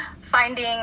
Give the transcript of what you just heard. finding